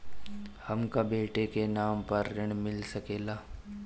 हमरा बेटा के नाम पर ऋण मिल सकेला?